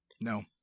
No